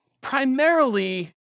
primarily